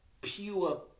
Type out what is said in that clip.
pure